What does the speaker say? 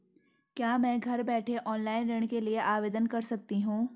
क्या मैं घर बैठे ऑनलाइन ऋण के लिए आवेदन कर सकती हूँ?